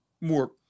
more